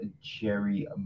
Jerry